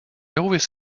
always